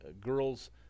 girls